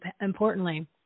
importantly